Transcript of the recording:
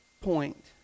point